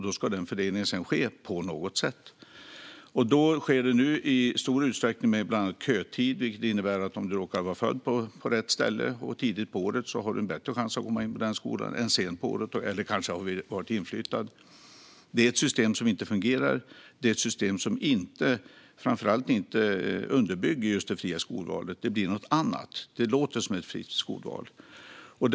Då ska fördelningen ske på något annat sätt. Det sker nu i stor utsträckning utifrån bland annat kötid, vilket innebär att om du råkar vara född på rätt ställe och tidigt på året har du en bättre chans att komma in på skolan än om du är född sent på året eller är nyinflyttad. Det är ett system som inte fungerar. Det är ett system som framför allt inte underbygger just det fria skolvalet. Det låter som ett fritt skolval, men det blir något annat.